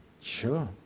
sure